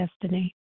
destiny